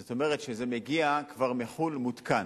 זאת אומרת שזה מגיע כבר מחוץ-לארץ מותקן,